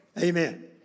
Amen